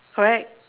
correct